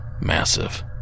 massive